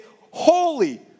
holy